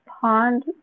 pond